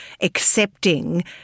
accepting